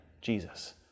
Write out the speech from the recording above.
Jesus